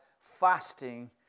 fasting